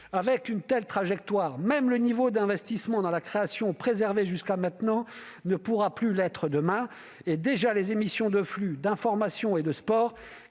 Avec une telle trajectoire, même le niveau d'investissement dans la création, qui était jusqu'à maintenant préservé, ne pourra plus l'être demain. Déjà, les émissions de flux, d'information et de sport,